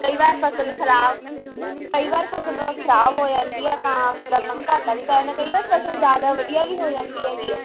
ਕਈ ਵਾਰ ਫਸਲ ਖਰਾਬ ਕਈ ਵਾਰ ਫਸਲ ਖਰਾਬ ਹੋ ਜਾਂਦੀ ਹੈ ਤਾਂ ਫਿਰ ਆਪਾਂ ਨੂੰ ਘਾਟਾ ਵੀ ਪੈ ਜਾਂਦਾ ਕਈ ਵਾਰ ਫਸਲ ਜ਼ਿਆਦਾ ਵਧੀਆ ਵੀ ਹੋ ਜਾਂਦੀ ਹੈਗੀ